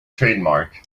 trademark